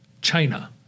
China